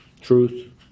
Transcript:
truth